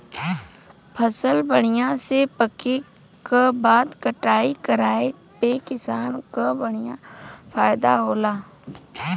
फसल बढ़िया से पके क बाद कटाई कराये पे किसान क बढ़िया फयदा होला